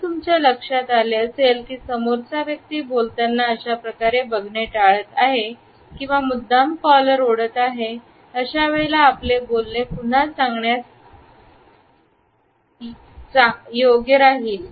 जर तुमच्या असे लक्षात आले की समोरचा व्यक्ती बोलताना अशाप्रकारे बघणे टाळत आहे किंवा मुद्दाम कॉलर ओढत आहे अशा वेळेला आपले बोलले पुन्हा सांगण्यात चांगले योग्य राहील